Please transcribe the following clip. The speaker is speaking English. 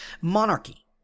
monarchy